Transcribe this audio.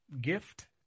gift